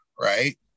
right